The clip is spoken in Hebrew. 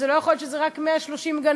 ולא יכול להיות שזה רק 130 גננות.